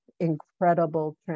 incredible